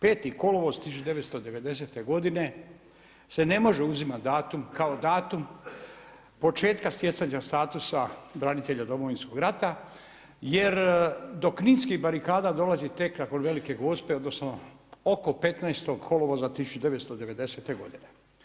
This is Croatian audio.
5. kolovoz 1990. godine se ne može uzimati datum kao datum početka stjecanja statusa branitelja Domovinskog rata jer do kninskih barikada dolazi tek nakon Velike Gospe odnosno oko 15. kolovoza 1990. godine.